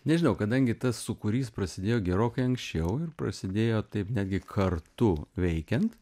nežinau kadangi tas sūkurys prasidėjo gerokai anksčiau ir prasidėjo taip netgi kartu veikiant